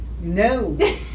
No